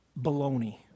baloney